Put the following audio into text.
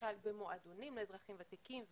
במועדונים לאזרחים ותיקים וכדומה.